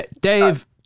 Dave